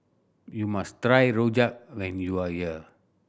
you must try rojak when you are here